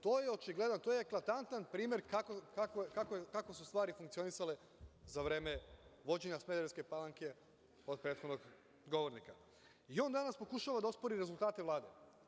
To je očigledan, to je eklatantan primer kako su stvari funkcionisale za vreme vođenja Smederevske Palanke kod prethodnog govornika i on danas pokušava da ospori rezultate Vlade.